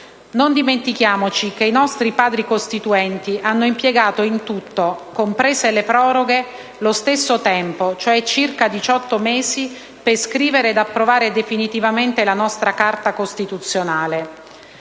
Non dimentichiamoci che i nostri Padri costituenti hanno impiegato in tutto (comprese le proroghe) lo stesso tempo, cioè circa diciotto mesi, per scrivere ed approvare definitivamente la nostra Carta costituzionale.